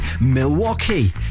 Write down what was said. Milwaukee